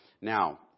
now